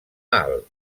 alt